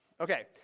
Okay